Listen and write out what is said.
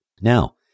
Now